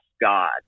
god